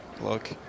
Look